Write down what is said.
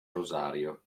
rosario